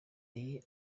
you